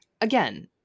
Again